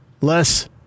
Less